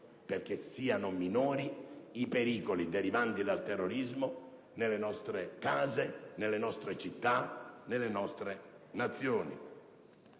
perché siano minori i pericoli derivanti dal terrorismo nelle nostre case, nelle nostre città, nelle nostre Nazioni.